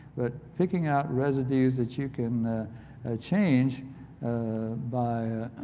but fixing out residues that you can change by